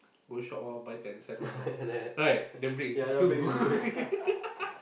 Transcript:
go shop lor buy ten cents want lor right then break into two